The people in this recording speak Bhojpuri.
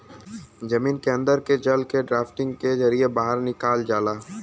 जमीन के अन्दर के जल के ड्राफ्टिंग के जरिये बाहर निकाल जाला